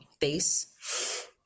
face